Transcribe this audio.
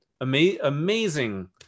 amazing